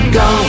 go